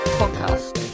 podcast